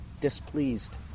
displeased